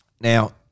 now